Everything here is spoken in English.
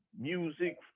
Music